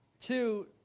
Two